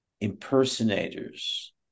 impersonators